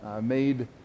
made